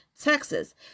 Texas